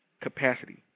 capacity